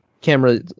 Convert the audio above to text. camera